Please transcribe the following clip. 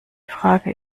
frage